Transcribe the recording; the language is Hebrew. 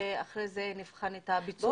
ואחרי זה נבחן את הביצוע.